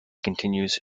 continues